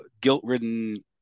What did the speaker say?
guilt-ridden